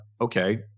okay